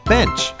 Bench